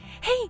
Hey